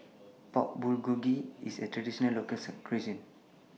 Pork Bulgogi IS A Traditional Local Cuisine